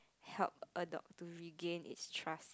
help a dog to regain it's trust